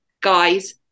guys